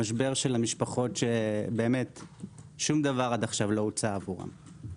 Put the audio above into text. למשבר של המשפחות ששום דבר לא הוצע עבורן עד כה.